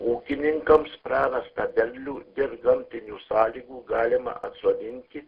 ūkininkams prarastą derlių dėl gamtinių sąlygų galima atsodinti